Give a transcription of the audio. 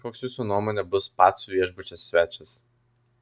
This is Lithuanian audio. koks jūsų nuomone bus pacų viešbučio svečias